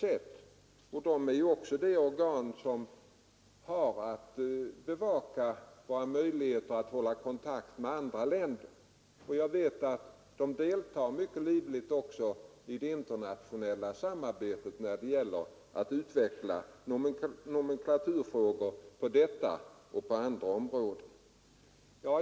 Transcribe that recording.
Detta organ har också att bevaka våra möjligheter att hålla kontakt med andra länder. Jag vet att statistiska centralbyrån deltar mycket livligt i det internationella samarbetet när det gäller att utveckla nomenklaturer på detta och på andra områden.